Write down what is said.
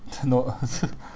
no